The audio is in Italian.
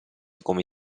come